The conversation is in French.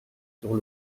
sur